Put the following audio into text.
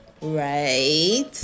Right